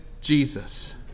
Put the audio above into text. Jesus